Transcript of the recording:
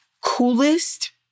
coolest